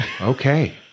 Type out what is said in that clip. okay